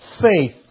faith